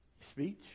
speech